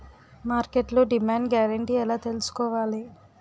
మార్కెట్లో demand guarantee ఎలా తెల్సుకోవాలి?